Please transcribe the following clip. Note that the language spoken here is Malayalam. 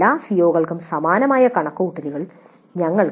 മറ്റെല്ലാ സിഒകൾക്കും സമാനമായ കണക്കുകൂട്ടലുകൾ ഞങ്ങൾക്ക് ചെയ്യാൻ കഴിയും